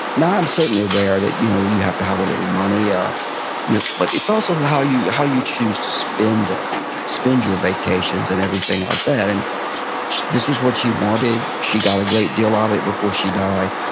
now i'm certainly aware that you know you have to have a little money, ah but it's also how you how you choose to spend ah spend your vacations and everything like that. and this is what she wanted, she got a great deal ah of it before she died,